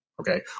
Okay